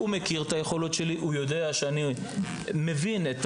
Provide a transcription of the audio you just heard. הוא מכיר את היכולות שלי, הוא יודע שאני מבין את